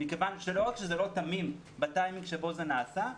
מכיוון שלא רק שזה לא תמים בטיימינג שבו זה נעשה,